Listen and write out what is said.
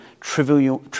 trivial